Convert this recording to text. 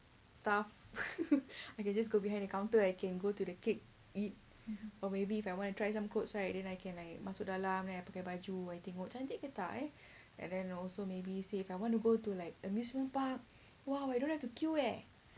stuff I can just go behind the counter I can go to the cake eat or maybe if I want to try some clothes right then I can like masuk dalam and I pakai baju and I tengok cantik ke tak eh and then also maybe say if I want to go to like amusement park !wow! I don't have to queue eh